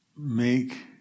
Make